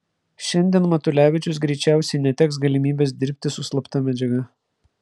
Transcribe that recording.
šiandien matulevičius greičiausiai neteks galimybės dirbti su slapta medžiaga